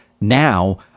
now